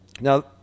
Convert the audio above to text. Now